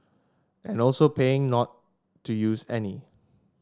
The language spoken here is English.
and also paying not to use any